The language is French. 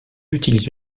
utilise